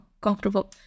comfortable